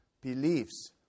beliefs